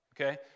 okay